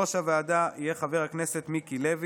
יושב-ראש הוועדה יהיה חבר הכנסת מיקי לוי.